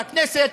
בכנסת,